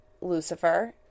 Lucifer